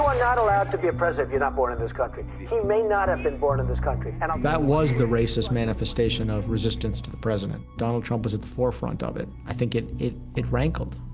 ah not allowed to be a president if you're not born in this country. he may not have been born in this country. and um that was the racist manifestation of resistance to the president. donald trump was at the forefront of it. i think it, it it rankled